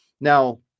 Now